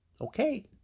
Okay